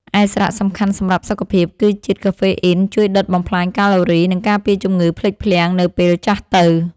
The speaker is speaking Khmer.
ឯសារៈសំខាន់សម្រាប់សុខភាព គឺជាតិកាហ្វេអ៊ីនជួយដុតបំផ្លាញកាឡូរី និងការពារជំងឺភ្លេចភ្លាំងនៅពេលចាស់ទៅ។